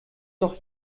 doch